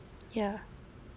yeah